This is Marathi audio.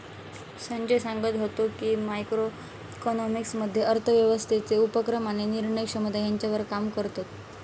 संजय सांगत व्हतो की, मॅक्रो इकॉनॉमिक्स मध्ये अर्थव्यवस्थेचे उपक्रम आणि निर्णय क्षमता ह्यांच्यावर काम करतत